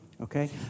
Okay